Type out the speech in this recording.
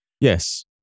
Yes